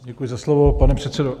Děkuji za slovo, pane předsedo.